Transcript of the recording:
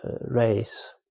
race